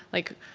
like,